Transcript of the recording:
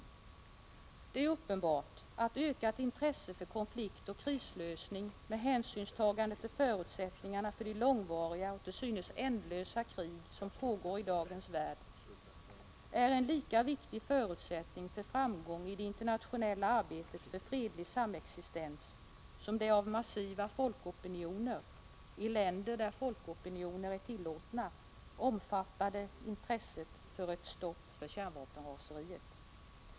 Det är uppenbart att ökat intresse för konfliktoch krislösning med hänsynstagande till förutsättningarna för de långvariga och till synes ändlösa krig som pågår i dagens värld är en lika viktig förutsättning för framgång i det internationella arbetet för fredlig samexistens som det av massiva folkopinioner — i länder där folkopinioner är tillåtna — omfattade intresset för ett stopp för kärnvapenraseriet.